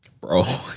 bro